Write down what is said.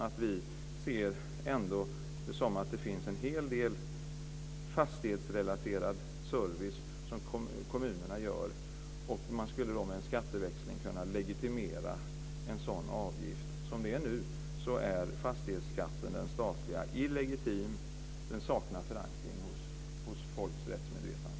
Vi ser det ändå som att det finns en hel del fastighetsrelaterad service som kommunerna gör. Man skulle med en skatteväxling kunna legitimera en sådan avgift. Som det är nu är den statliga fastighetsskatten illegitim. Den saknar förankring i folks rättsmedvetande.